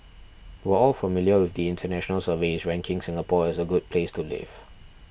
we're all familiar with the international surveys ranking Singapore as a good place to live